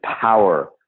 power